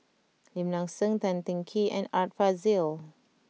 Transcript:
Lim Nang Seng Tan Teng Kee and Art Fazil